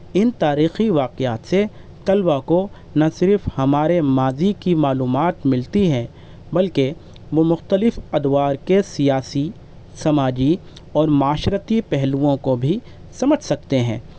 ان تاریخی واقعات سے طلبہ کو نہ صرف ہمارے ماضی کی معلومات ملتی ہیں بلکہ وہ مختلف ادوار کے سیاسی سماجی اور معاشرتی پہلوؤں کو بھی سمجھ سکتے ہیں